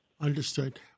Understood